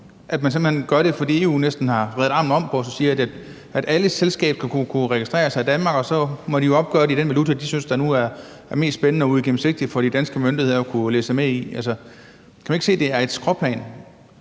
hen gør det, fordi EU næsten har vredet armen om på os og siger, at alle selskaber kan registrere sig i Danmark, og så må de jo opgøre det i den valuta, de nu synes er mest spændende og uigennemsigtig for de danske myndigheder at kunne læse med i. Altså, kan man ikke se, at det er et skråplan?